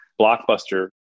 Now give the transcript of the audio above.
Blockbuster